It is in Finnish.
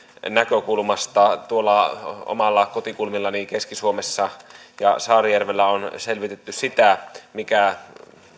näkökulmasta tuolla omilla kotikulmillani keski suomessa ja saarijärvellä on selvitetty sitä mikä